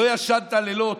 לא ישנת לילות.